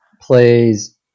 plays